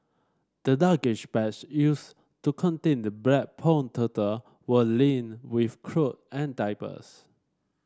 the luggage bags used to contain the black pond turtle were lined with cloth and diapers